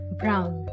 brown